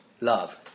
love